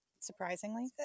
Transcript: Surprisingly